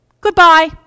Goodbye